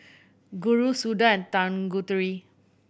Guru Suda and Tanguturi